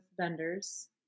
vendors